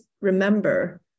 remember